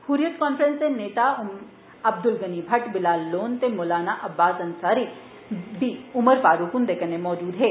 Hurriyat conference दे नेता अब्दुल गनी भट्ट बिलाल लोन ते मोलाना अब्बास अंसारी बी उमर फारूक कन्नै मजूद हे